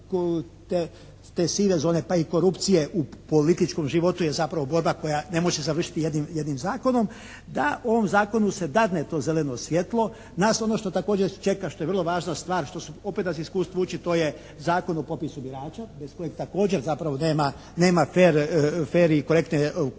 sive zone pa i korupcije u političkom životu je zapravo borba koja ne može završiti jednim zakonom. Da ovom Zakonu se dadne to zeleno svijetlo. Nas ono što također čeka, što je vrlo važna stvar, što opet nas iskustvo uči, to je Zakon o popisu birača bez kojeg također zapravo nema fer i korektne političke